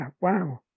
wow